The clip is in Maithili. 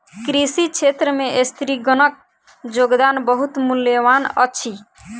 कृषि क्षेत्र में स्त्रीगणक योगदान बहुत मूल्यवान अछि